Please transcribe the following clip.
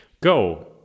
Go